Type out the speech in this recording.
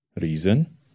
Reason